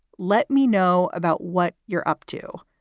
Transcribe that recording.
let me know about what you're up to.